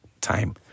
time